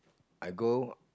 I go